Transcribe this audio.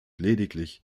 lediglich